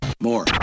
More